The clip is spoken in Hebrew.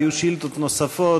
היו שאילתות נוספות,